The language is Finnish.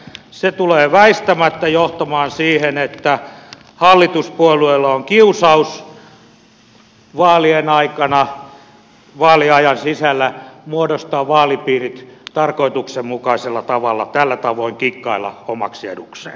se tulee väistämättä johtamaan siihen että hallituspuolueilla on kiusaus vaaliajan sisällä muodostaa vaalipiirit tarkoituksenmukaisella tavalla tällä tavoin kikkailla omaksi edukseen